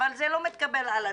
אבל זה לא מתקבל על הדעת.